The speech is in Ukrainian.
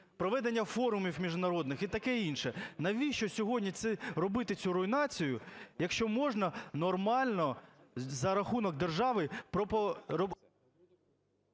проведення форумів міжнародних і таке інше. Навіщо сьогодні робити цю руйнацію, якщо можна нормально за рахунок держави про…